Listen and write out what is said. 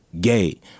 gay